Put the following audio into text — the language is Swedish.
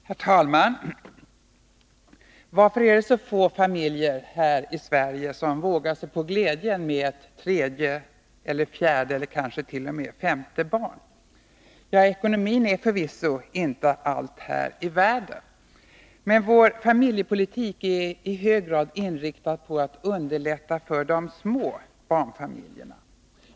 Herr talman! Varför är det så få familjer i Sverige som vågar sig på glädjen med ett tredje eller ett fjärde eller kansket.o.m. ett femte barn? Ekonomin är förvisso inte allt här i världen, men vår familjepolitik är i hög grad inriktad på att underlätta för de små barnfamiljerna.